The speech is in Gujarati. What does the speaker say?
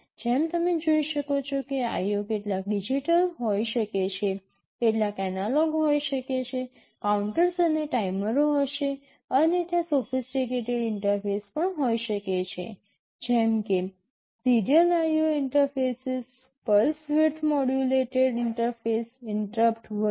જેમ તમે જોઈ શકો છો કે IO કેટલાક ડિજિટલ હોઈ શકે છે કેટલાક એનાલોગ હોઈ શકે છે કાઉન્ટર્સ અને ટાઈમરો હશે અને ત્યાં સોફિસટીકેટેડ ઇંટરફેસ પણ હોઈ શકે છે જેમ કે serial IO interfaces pulse width modulated interface interrupt વગેરે